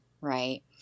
right